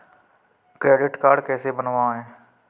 Credit card कैसे बनवाएँ?